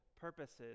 purposes